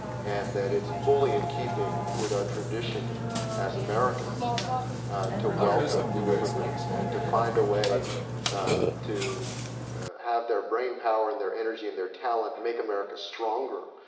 and that it's fully in keeping with our tradition as americans to welcome new immigrants and to find a way to have their brain power and their energy and their talent make america stronger,